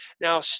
Now